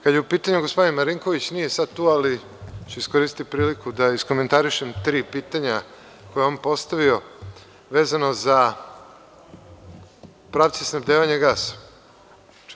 Kada je u pitanju gospodin Marinković, nije sada tu, ali ću iskoristiti priliku da iskomentarišem tri pitanja koja je on postavio, vezano za pravde snabdevanja gasa.